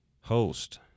host